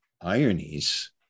ironies